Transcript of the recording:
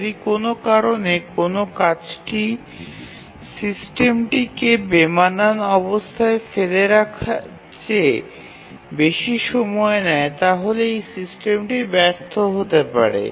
যদি কোন কারণে কোন টাস্ক সিস্টেমটিকে সঠিক অবস্থায় নিয়ে যাওয়ার থেকে বেশি সময় নেয় তাহলে সেই সিস্টেমটিকে ব্যর্থ বলা যেতে পারে